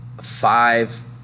five